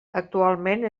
actualment